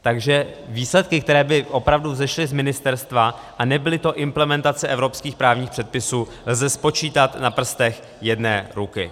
Takže výsledky, které by opravdu vzešly z ministerstva a nebyly to implementace evropských právních předpisů, lze spočítat na prstech jedné ruky.